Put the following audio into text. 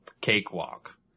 cakewalk